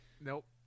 nope